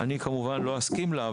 כמובן שאני לא אסכים לה,